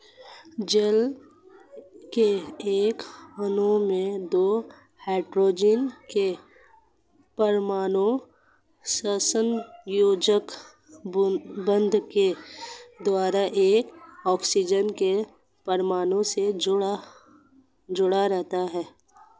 जल के एक अणु में दो हाइड्रोजन के परमाणु सहसंयोजक बंध के द्वारा एक ऑक्सीजन के परमाणु से जुडे़ रहते हैं